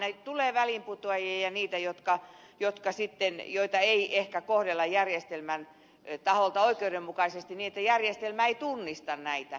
aina tulee väliinputoajia ja niitä joita ei ehkä kohdella järjestelmän taholta oikeudenmukaisesti niin että järjestelmä ei tunnista näitä